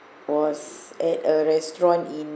was at a restaurant in